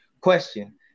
question